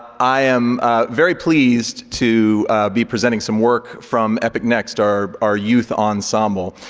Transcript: i am very pleased to be presenting some work from epic next, our our youth ensemble.